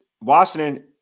Washington